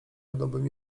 oddałbym